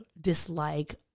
dislike